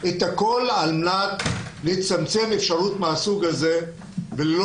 את הכול על מנת לצמצם אפשרות מהסוג הזה ללא